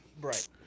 Right